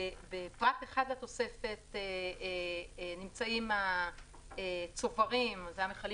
בפרט 1 לתוספת נמצאים הצוברים והמכלים